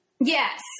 Yes